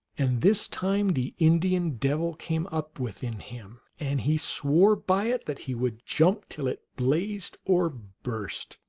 and this time the indian devil came up within him, and he swore by it that he would jump till it blazed or burst.